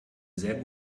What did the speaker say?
sehr